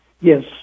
Yes